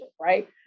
right